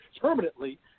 permanently